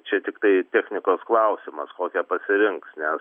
čia tiktai technikos klausimas kokią pasirinks nes